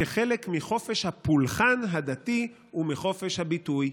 כחלק מחופש הפולחן הדתי ומחופש הביטוי".